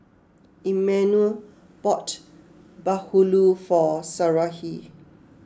Emanuel bought Bahulu for Sarahi